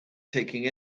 taking